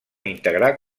integrar